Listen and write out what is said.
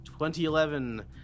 2011